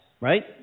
right